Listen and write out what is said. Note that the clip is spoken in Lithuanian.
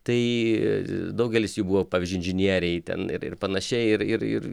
tai daugelis jų buvo pavyzdžiui inžinieriai ten ir ir panašiai ir ir ir